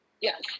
yes